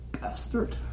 bastard